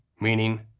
meaning